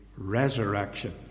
resurrection